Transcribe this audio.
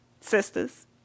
Sisters